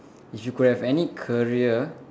if you could have any career